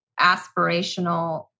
aspirational